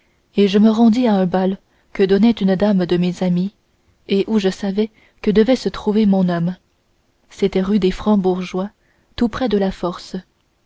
et je me rendis à un bal que donnait une dame de mes amies et où je savais que devait se trouver mon homme c'était rue des francsbourgeois tout près de la force